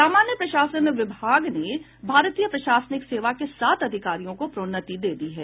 सामान्य प्रशासन विभाग ने भारतीय प्रशासनिक सेवा के सात अधिकारियों को प्रोन्नति दे दी है